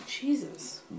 Jesus